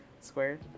Squared